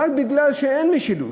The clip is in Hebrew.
וזה רק כי אין משילות.